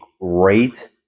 great